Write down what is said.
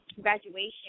graduation